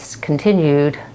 continued